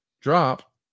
drop